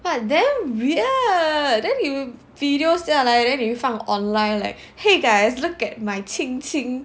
but damn weird then you video 下来 then 你放 online like !hey! guys look at my 亲亲